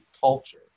culture